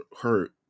hurt